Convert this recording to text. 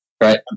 Right